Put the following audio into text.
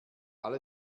alle